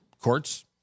courts